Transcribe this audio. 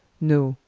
no,